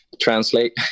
translate